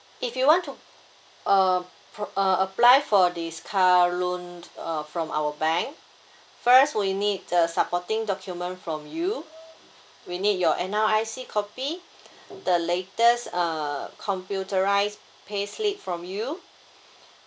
if you want to uh p~ uh apply for this car loan uh from our bank first we need the supporting document from you we need your N_R_I_C copy the latest uh computerised payslip from you